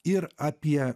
ir apie